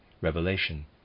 revelation